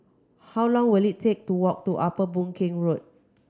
how long will it take to walk to Upper Boon Keng Road